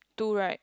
two right